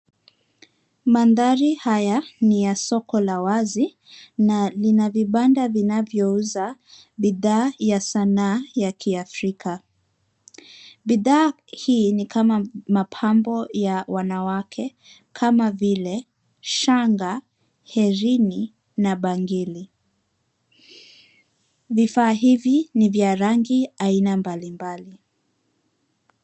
Mandhari haya ni ya soko la wazi na lina vibanda vinavyouza bidaa ya sanaa ya kiafrika. Bidhaa hii ni kama mapambo ya wanawake, kama vile, shanga, herini na bangili. Vifaa hivi ni vya rangi aina mbalimbali.